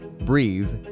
breathe